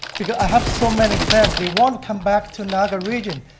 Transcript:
because i have so many friends, they want come back to niagara region,